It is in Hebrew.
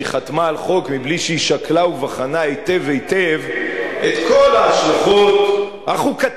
שהיא חתמה על חוק בלי שהיא שקלה ובחנה היטב את כל ההשלכות החוקתיות,